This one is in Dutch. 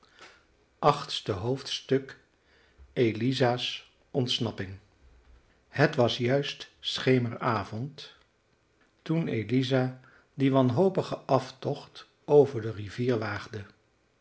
achtste hoofdstuk eliza's ontsnapping het was juist schemeravond toen eliza dien wanhopigen aftocht over de rivier waagde